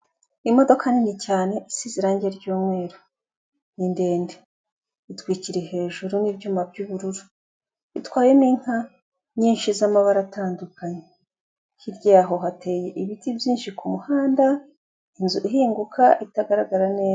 Imodoka nini cyane isize irangi ry'umweru, ni ndende, itwikiriye hejuru n'ibyuma byu'ubururu, itwaye n'inka nyinshi z'amabara atandukanye, hirya y'aho hateye ibiti byinshi ku muhanda, inzu ihinguka itagaragara neza.